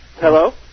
Hello